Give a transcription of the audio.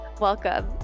Welcome